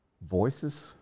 voices